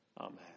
amen